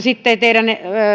sitten